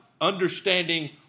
understanding